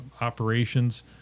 operations